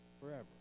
forever